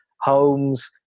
homes